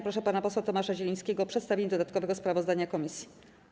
Proszę pana posła Tomasza Zielińskiego o przedstawienie dodatkowego sprawozdania komisji.